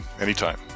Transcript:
Anytime